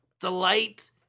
Delight